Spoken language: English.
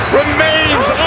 remains